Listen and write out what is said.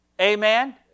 Amen